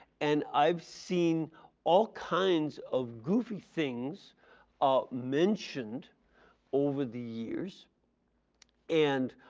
and i have seen all kinds of goofy things um mentioned over the years and